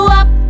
up